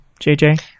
jj